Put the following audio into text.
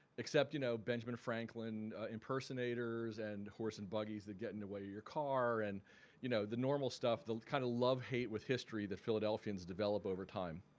except you know benjamin franklin impersonators and horse and buggies that get in the way of your car and you know the normal stuff, the kind of love hate with history that philadelphians develop over time,